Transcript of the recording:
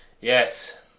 Yes